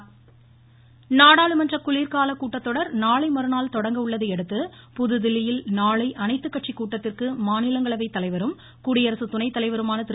அனைத்துக்கட்சி கூட்டம் நாடாளுமன்ற குளிர்கால நாளை மறுநாள் கொடங்க உள்ளதையடுத்து புதுதில்லியில் நாளை அனைத்துக்கட்சி கூட்டத்திற்கு மாநிலங்களவைத் தலைவரும் குடியரசு துணைத் தலைவருமான திரு